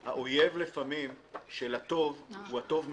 ולפעמים האויב של הטוב הוא הטוב מאוד.